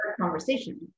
conversation